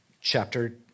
chapter